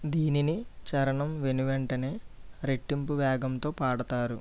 దీన్నీ చరణం వెను వెంటనే రెట్టింపు వేగంతో పాడతారు